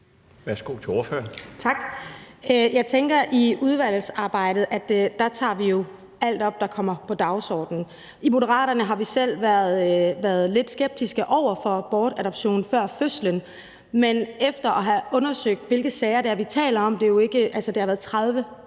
Rosa Eriksen (M): Tak. Jeg tænker i forhold til udvalgsarbejdet, at der tager vi jo alt, der kommer på dagsordenen, op. I Moderaterne har vi selv været lidt skeptiske over for bortadoption før fødslen, men efter at have undersøgt, hvilke sager det er vi taler om – altså, det